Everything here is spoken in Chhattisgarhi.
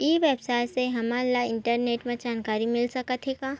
ई व्यवसाय से हमन ला इंटरनेट मा जानकारी मिल सकथे का?